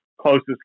Closest